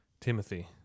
Timothy